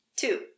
Two